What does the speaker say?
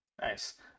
Nice